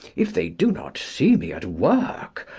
if they do not see me at work,